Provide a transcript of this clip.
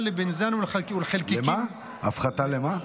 הפחתה לבנזן ולחלקיקים, הפחתה למה?